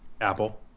Apple